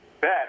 bet